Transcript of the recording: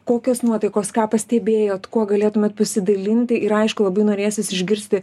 kokios nuotaikos ką pastebėjot kuo galėtumėt pasidalinti ir aišku labai norėsis išgirsti